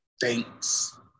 thanks